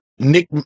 Nick